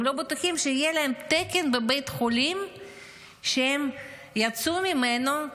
הם לא בטוחים שיהיה להם תקן בבית החולים שהם יצאו ממנו.